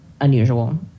unusual